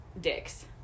dicks